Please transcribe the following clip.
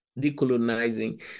decolonizing